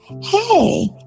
hey